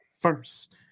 first